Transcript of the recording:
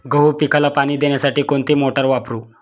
गहू पिकाला पाणी देण्यासाठी कोणती मोटार वापरू?